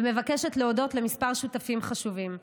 ומבקשת להודות לכמה שותפים חשובים: